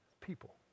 people